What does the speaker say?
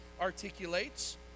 articulates